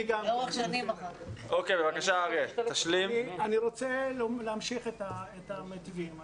אני רוצה להמשיך במתווים.